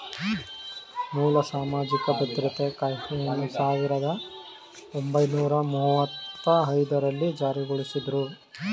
ಮೂಲ ಸಾಮಾಜಿಕ ಭದ್ರತಾ ಕಾಯ್ದೆಯನ್ನ ಸಾವಿರದ ಒಂಬೈನೂರ ಮುವ್ವತ್ತಐದು ರಲ್ಲಿ ಜಾರಿಗೊಳಿಸಿದ್ರು